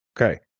Okay